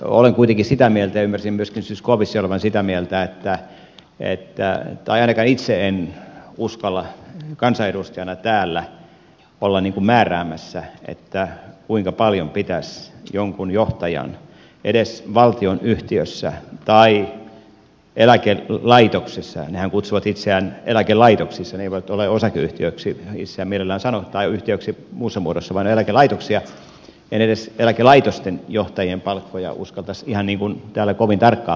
olen kuitenkin sitä mieltä ja ymmärsin myöskin zyskowiczin olevan sitä mieltä tai ainakaan itse en uskalla kansanedustajana täällä olla määräämässä kuinka paljon pitäisi jonkun johtajan edes valtionyhtiössä tai eläkelaitoksessa pitäisi saada nehän kutsuvat itseään eläkelaitoksiksi ne eivät osakeyhtiöiksi itseään mielellään sano tai yhtiöksi muussa muodossa vaan ne ovat eläkelaitoksia en edes eläkelaitosten johtajien palkkoja uskaltaisi ihan kovin tarkkaan täällä mennä määräämään